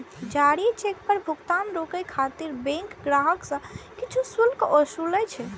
जारी चेक पर भुगतान रोकै खातिर बैंक ग्राहक सं किछु शुल्क ओसूलै छै